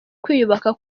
kwiyubaka